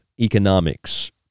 economics